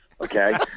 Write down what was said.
okay